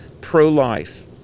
pro-life